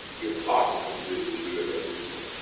its possible to do we do it every month,